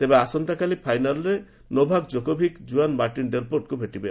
ତେବେ ଆସନ୍ତା କାଲି ଫାଇନାଲରେ ନୋଭାକ ଜୋକୋଭିକ ଜୁଆନ ମାର୍ଟିନ ଡେଲ୍ପୋର୍ଟଙ୍କୁ ଭେଟିବେ